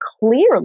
clearly